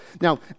Now